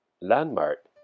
landmark